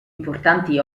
importanti